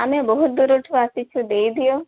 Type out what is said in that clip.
ଆମେ ବହୁତ ଦୂରଠୁ ଆସିଛୁ ଦେଇଦିଅ